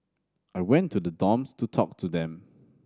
I went to the dorms to talk to them